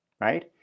right